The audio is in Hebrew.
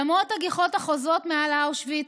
למרות הגיחות החוזרות מעל אושוויץ,